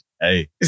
hey